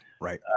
Right